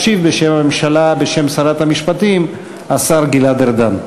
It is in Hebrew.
ישיב בשם הממשלה, בשם שרת המשפטים, השר גלעד ארדן.